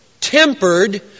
Tempered